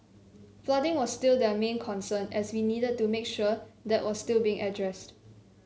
flooding was still their main concern and we needed to make sure that was still being addressed